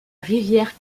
rivière